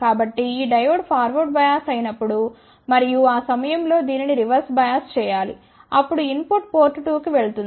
కాబట్టి ఈ diode forward bias అయినప్పుడు మరియు ఆ సమయంలో దీనిని రివర్స్ బయాస్ చేయాలి అప్పుడు ఇన్ పుట్ పోర్ట్ 2 కి వెళుతుంది